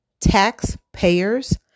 taxpayers